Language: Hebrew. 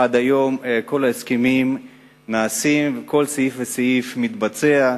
עד היום כל ההסכמים נעשים וכל סעיף וסעיף מתבצע.